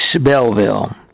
Belleville